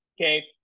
Okay